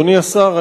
אדוני השר,